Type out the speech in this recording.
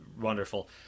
Wonderful